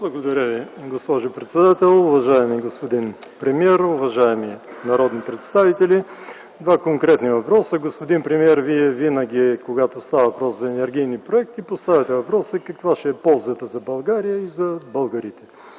Благодаря Ви, госпожо председател. Уважаеми господин премиер, уважаеми народни представители, два конкретни въпроса. Господин премиер, Вие винаги, когато става въпрос за енергийни проекти, поставяте въпроса каква ще е ползата за България и за българите.